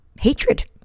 hatred